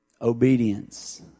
Obedience